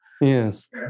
Yes